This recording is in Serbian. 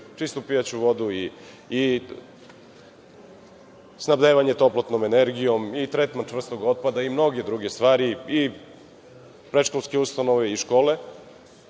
čistu pijaću vodu i snabdevanje toplotnom energijom i tretman čvrstog otpada i mnoge druge stvari i predškolske ustanove i škole,